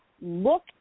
look